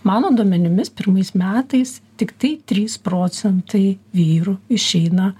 mano duomenimis pirmais metais tiktai trys procentai vyrų išeina